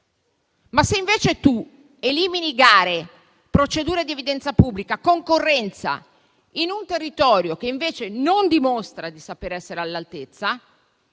Se invece si eliminano gare, procedure ad evidenza pubblica e concorrenza in un territorio che invece non dimostra di saper essere all'altezza,